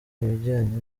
ibijyanye